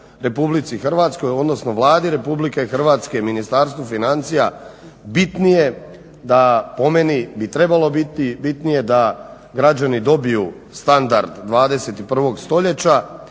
odnosno Vladi Republike Hrvatske, Ministarstvu financija bitnije da po meni bi trebalo biti bitnije da građani dobiju standard 21. stoljeća